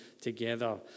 together